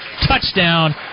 Touchdown